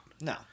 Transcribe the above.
No